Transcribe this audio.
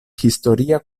historia